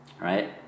Right